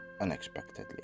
unexpectedly